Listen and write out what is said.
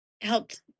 helped